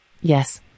Yes